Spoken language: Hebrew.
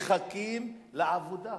ומחכים לעבודה.